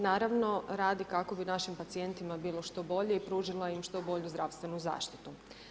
Naravno, radi kako bi našim pacijentima bila što bolja i pružila im što bolju zdravstvenu zaštitu.